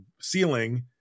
ceiling